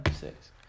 six